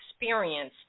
experience